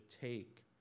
take